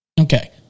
Okay